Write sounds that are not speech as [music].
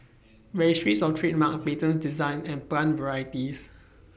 [noise] Registries of Trademarks Patents Designs and Plant Varieties